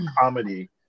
comedy